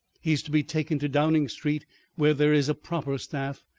he is to be taken to downing street where there is a proper staff,